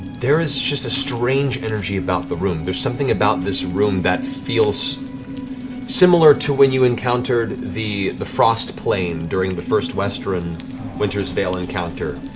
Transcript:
there is a strange energy about the room. there's something about this room that feels similar to when you encountered the the frost plane during the first westruun winter's veil encounter.